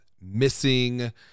missing